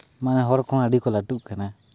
ᱢᱟᱱᱮ ᱦᱚᱲ ᱠᱚᱦᱚᱸ ᱟᱹᱰᱤ ᱠᱚ ᱞᱟᱹᱴᱩᱜ ᱠᱟᱱᱟ